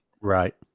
right